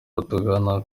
batugana